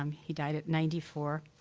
um he died at ninety four.